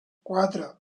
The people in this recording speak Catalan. quatre